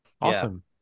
awesome